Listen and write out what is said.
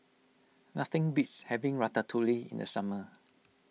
nothing beats having Ratatouille in the summer